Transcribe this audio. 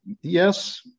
yes